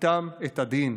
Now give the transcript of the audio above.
איתם את הדין.